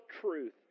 truth